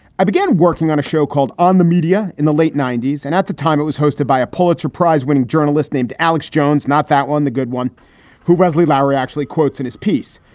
i began working on a show called on the media in the late ninety s, and at the time it was hosted by a pulitzer prize winning journalist named alex jones. not that one, the good one who wesley lowery actually quotes in his piece.